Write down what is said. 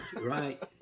Right